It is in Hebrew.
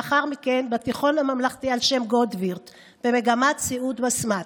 לאחר מכן בתיכון הממלכתי על שם גוטרווריט במגמת סיעוד מסמ"ת.